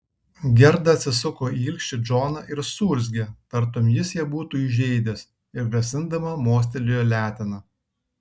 gerda atsisuko į ilgšį džoną ir suurzgė tartum jis ją būtų įžeidęs ir grasindama mostelėjo letena